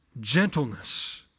gentleness